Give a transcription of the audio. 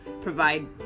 provide